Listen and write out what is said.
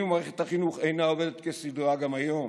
ומערכת החינוך אינה עובדת כסדרה גם היום?